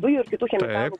dujų ir kitų chemikalų